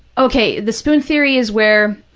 okay, the spoon theory is where,